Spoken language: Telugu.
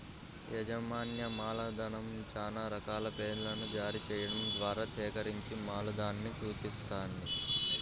యాజమాన్య మూలధనం చానా రకాల షేర్లను జారీ చెయ్యడం ద్వారా సేకరించిన మూలధనాన్ని సూచిత్తది